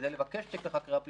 כדי לבקש תיק לחקירה פלילית,